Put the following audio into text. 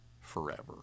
forever